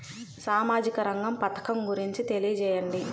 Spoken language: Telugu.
సామాజిక రంగ పథకం గురించి తెలియచేయండి?